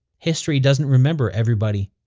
history doesn't remember everybody.